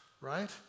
right